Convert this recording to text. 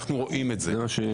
אנו רואים את זה.